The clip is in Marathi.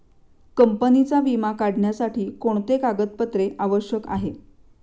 कंपनीचा विमा काढण्यासाठी कोणते कागदपत्रे आवश्यक आहे?